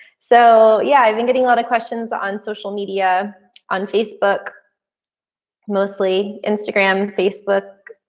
so yeah, i've been getting a lot of questions on social media on facebook mostly instagram, facebook,